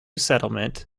settlement